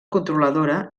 controladora